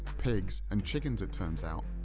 pigs and chickens it turns out,